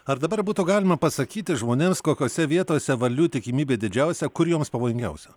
ar dabar būtų galima pasakyti žmonėms kokiose vietose varlių tikimybė didžiausia kur joms pavojingiausia